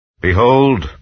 Behold